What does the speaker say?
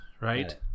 right